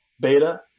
beta